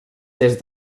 des